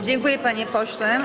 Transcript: Dziękuję, panie pośle.